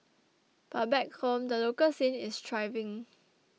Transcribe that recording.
but back home the local scene is thriving